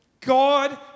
God